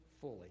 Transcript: fully